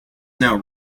now